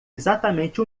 exatamente